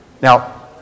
Now